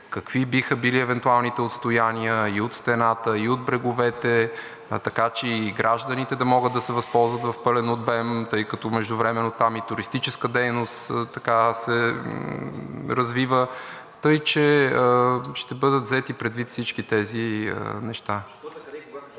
какви биха били евентуалните отстояния и от стената, и от бреговете. Така че и гражданите да могат да се възползват в пълен обем, тъй като междувременно там и туристическа дейност се развива. Така че ще бъдат взети предвид всички тези неща.